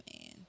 man